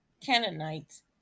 Canaanites